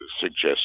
suggest